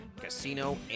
Casino